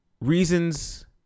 reasons